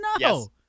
No